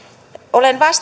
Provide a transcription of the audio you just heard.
olen